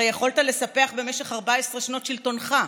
הרי יכולת לספח במשך 14 שנות שלטונך,